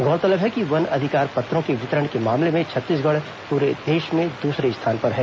गौरतलब है कि वन अधिकार पत्रों के वितरण के मामले में छत्तीसगढ़ पूरे देश में दूसरे स्थान पर है